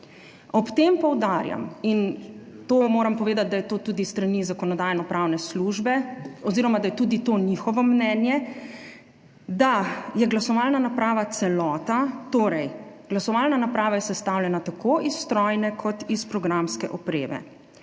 Ob tem poudarjam – in moram povedati, da je to tudi s strani Zakonodajno-pravne službe oziroma da je to tudi njihovo mnenje – da je glasovalna naprava celota, torej, glasovalna naprava je sestavljena tako iz strojne kot iz programske opreme,